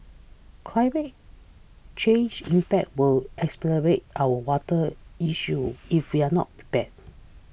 climate change impact will exacerbate our water issues if we are not prepared